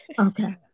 Okay